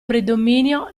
predominio